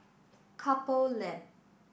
Couple Lab